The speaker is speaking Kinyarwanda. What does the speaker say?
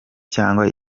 cyangwa